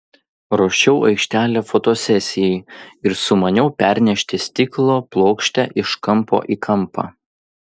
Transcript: ruošiau aikštelę fotosesijai ir sumaniau pernešti stiklo plokštę iš kampo į kampą